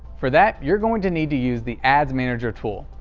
for that, you're going to need to use the ads manager tool.